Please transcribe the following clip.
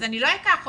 אז אני לא אקח אותה,